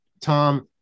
Tom